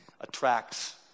attracts